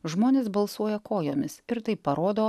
žmonės balsuoja kojomis ir tai parodo